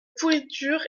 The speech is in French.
pourriture